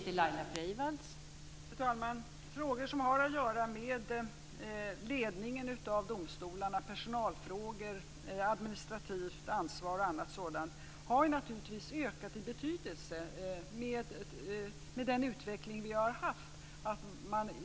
Fru talman! Frågor som har att göra med ledningen av domstolarna, personalfrågor, administrativt ansvar och sådant, har naturligtvis ökat i betydelse med den utveckling som har funnits.